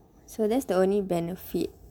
that's the only benefit